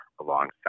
alongside